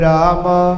Rama